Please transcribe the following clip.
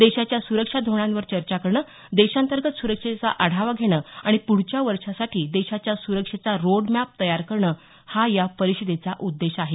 देशाच्या सुरक्षा धोरणांवर चर्चा करणं देशांतर्गत सुरक्षेचा आढावा घेणं आणि प्ढच्या वर्षासाठी देशाच्या सुरक्षेचा रोडमॅप तयार करणं हा या परिषदेचा उद्देश आहे